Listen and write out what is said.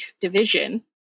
division